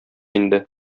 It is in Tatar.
инде